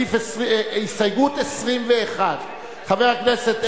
הסתייגות 21, חבר הכנסת אלקין.